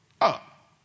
up